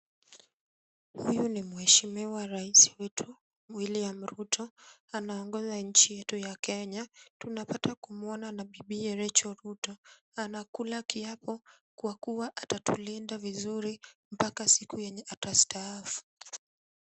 Huyu ni mheshimiwa Rais wetu William Ruto. Anaongoza nchi yetu ya Kenya. Tunapata kumwona na bibiye Rachael Ruto. Anakula kiapo kwa kuwa atatulinda vizuri mpaka siku yenye atastaafu.